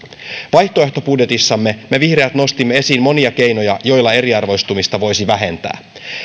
vaihtoehtobudjetissamme me vihreät nostimme esiin monia keinoja joilla eriarvoistumista voisi vähentää